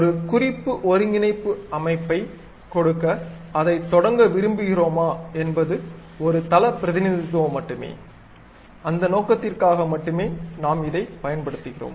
ஒரு குறிப்பு ஒருங்கிணைப்பு அமைப்பைக் கொடுக்க இதைத் தொடங்க விரும்புகிறோமா என்பது ஒரு தள பிரதிநிதித்துவம் மட்டுமே அந்த நோக்கத்திற்காக மட்டுமே நாம் இதை பயன்படுத்துகிறோம்